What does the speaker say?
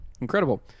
Incredible